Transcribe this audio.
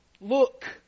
look